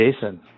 Jason